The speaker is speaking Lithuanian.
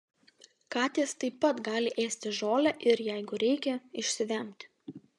katės taip pat gali ėsti žolę ir jeigu reikia išsivemti